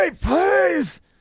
please